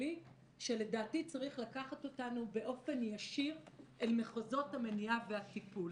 הישראלית שלדעתי צריך לקחת אותנו באופן ישיר אל מחוזות המניעה והטיפול.